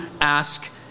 ask